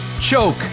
choke